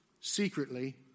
secretly